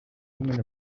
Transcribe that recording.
woman